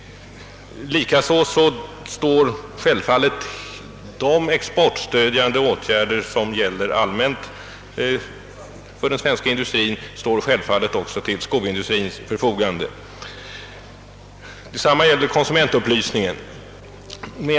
Likaså står de exportfrämjande åtgärder som gäller allmänt för den svenska industrin självfallet också till skoindustrins förfogande. Detsamma gäller konsumentupplysningen.